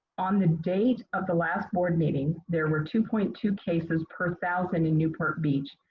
on the date of the last board meeting, there were two point two cases per thousand in newport beach.